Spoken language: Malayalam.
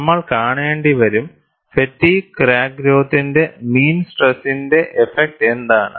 നമ്മൾ കാണേണ്ടി വരും ഫാറ്റിഗ് ക്രാക്ക് ഗ്രോത്തിന്റെ മീൻ സ്ട്രെസിന്റെ എഫക്ട് എന്താണ്